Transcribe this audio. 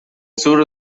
sur